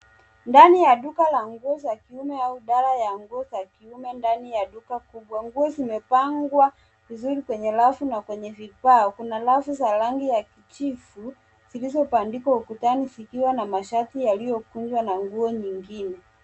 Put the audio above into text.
Ndani ya duka la nguo za kiume au idara ya nguo za kiume ndani ya duka kubwa. Nguo zimepangwa vizuri kwenye rafu na kwenye vifaa. Kuna rafu za rangi ya kijivu zilizobandikwa ukutani zikiwa na mashati yakiyokunjwa na nguo zingine.